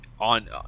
on